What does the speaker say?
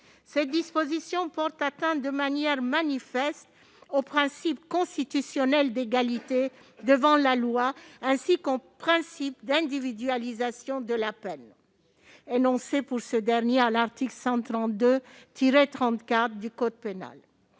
Cette disposition porte atteinte de manière manifeste au principe constitutionnel d'égalité devant la loi, ainsi qu'au principe d'individualisation de la peine prévu à l'article 132-34 du code pénal.